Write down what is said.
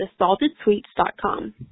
thesaltedsweets.com